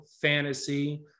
fantasy